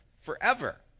forever